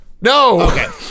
No